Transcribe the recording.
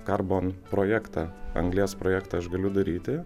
darbo projektą anglies projektą aš galiu daryti